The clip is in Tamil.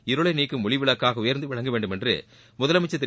இருளை நீக்கும் ஒளிவிளக்காக உயர்ந்து விளங்க வேண்டும் என்று முதலமைச்சா் திரு